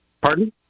Pardon